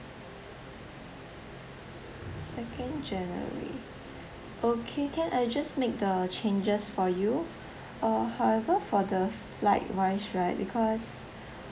second january okay can I just make the changes for you uh however for the flight wise right because